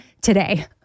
today